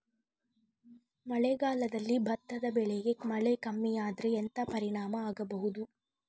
ಮಳೆಗಾಲದಲ್ಲಿ ಭತ್ತದ ಬೆಳೆಗೆ ಮಳೆ ಕಮ್ಮಿ ಆದ್ರೆ ಎಂತ ಪರಿಣಾಮ ಆಗಬಹುದು?